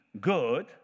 good